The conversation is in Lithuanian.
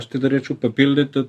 aš tai norėčiau papildyti